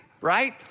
right